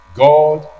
god